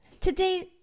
Today